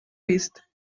vist